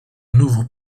nouveau